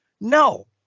No